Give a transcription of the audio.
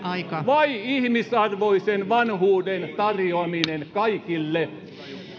vai ihmisarvoisen vanhuuden tarjoaminen kaikille